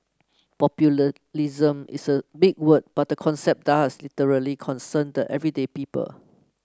is a big word but the concept does literally concern the everyday people